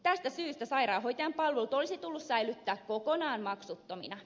tästä syystä sairaanhoitajan palvelut olisi tullut säilyttää kokonaan maksuttomina